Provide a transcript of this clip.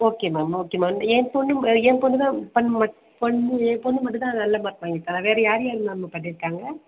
okay ma'am okay ma'am என் பொண்ணு என் பொண்ணுதான் என் பொண்ணு மட்டும்தான் நல்ல மார்க் வாங்கியிருக்கா வேற யார் யார் மேம் பண்ணியிருக்காங்க